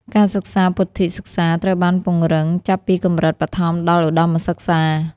ការសិក្សាពុទ្ធិកសិក្សាត្រូវបានពង្រឹងចាប់ពីកម្រិតបឋមដល់ឧត្តមសិក្សា។